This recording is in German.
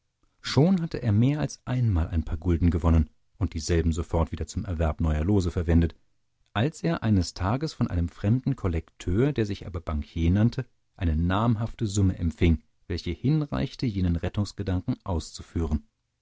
schon hatte er mehr als einmal ein paar gulden gewonnen und dieselben sofort wieder zum erwerb neuer lose verwendet als er eines tages von einem fremden kollekteur der sich aber bankier nannte eine namhafte summe empfing welche hinreichte jenen rettungsgedanken auszuführen